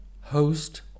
host